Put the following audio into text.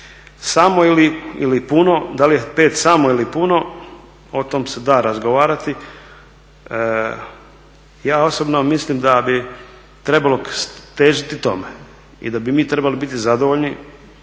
samo ili puno, da li je 5 samo ili puno o tom se da razgovarati, ja osobno mislim da bi trebalo težiti tome i da bi mi trebali biti zadovoljni